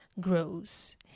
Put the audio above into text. grows